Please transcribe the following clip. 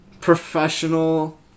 professional